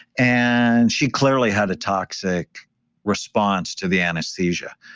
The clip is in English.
and she clearly had a toxic response to the anesthesia.